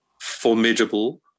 formidable